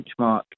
benchmark